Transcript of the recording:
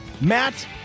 Matt